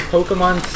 Pokemon